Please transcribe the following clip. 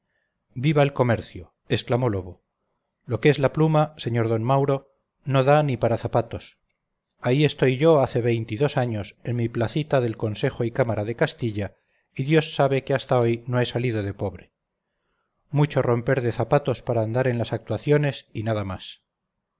viva el comercio exclamó lobo lo que es la pluma sr d mauro no da ni para zapatos ahí estoy yo hace veinte y dos años en mi placita del consejo y cámara de castilla y dios sabe que hasta hoy no he salido de pobre mucho romper de zapatos para andar en las actuaciones y nada más